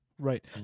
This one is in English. Right